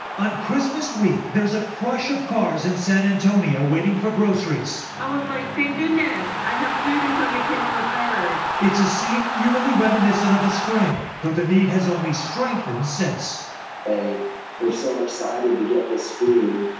on christmas week, there's a crush of cars in san antonio waiting for groceries. i was like, thank goodness. i have food until get paid on the third. reporter it's a scene eerily reminiscent of the spring, though the need has only strengthened since they were so excited to get this food,